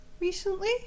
Recently